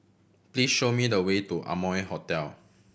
please show me the way to Amoy Hotel